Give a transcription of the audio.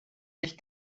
nicht